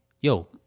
yo